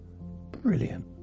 brilliant